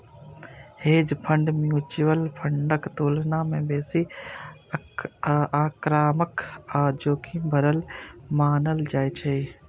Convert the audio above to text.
hedge fund mutual फंडक तुलना मे बेसी आक्रामक आ जोखिम भरल मानल जाइ छै